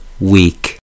weak